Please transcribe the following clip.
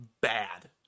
bad